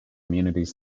communities